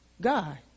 God